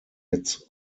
its